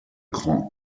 grand